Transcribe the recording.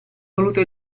voluto